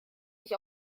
sich